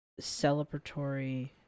celebratory